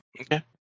Okay